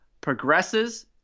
progresses